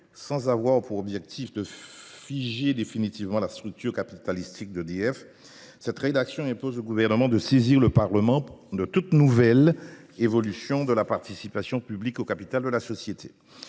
Sans avoir pour objectif de figer définitivement la structure capitalistique d’EDF, cette rédaction impose au Gouvernement de saisir le Parlement pour toute nouvelle évolution de la participation publique au capital de la société.